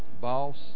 boss